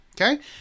okay